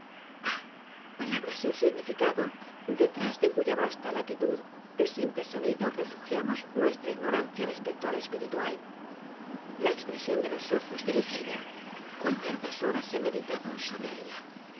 palabra sin significado detrás de cuya vasta latitud de simple sonido refugiamos nuestra ignorancia respecto á lo espiritual la expresión de los ojos de l i g e i a cuan l a r g a s horas he meditado sobre ella